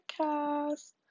podcast